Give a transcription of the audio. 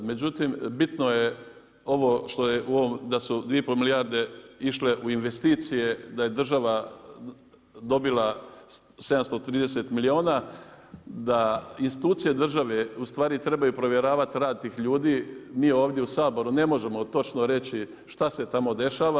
Međutim, bitno je ovo što je u ovom, da su 2,5 milijarde išle u investicije, da je država dobila 730 milijuna, da institucije države ustvari trebaju provjeravati rad tih ljudi. im ovdje u Saboru ne možemo točno reći šta se tamo dešava.